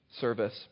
service